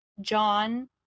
John